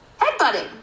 headbutting